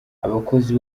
abakozi